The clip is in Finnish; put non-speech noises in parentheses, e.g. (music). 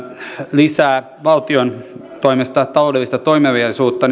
lisää valtion toimesta taloudellista toimeliaisuutta (unintelligible)